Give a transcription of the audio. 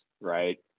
right